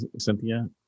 Cynthia